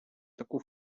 таку